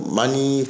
money